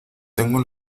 tengo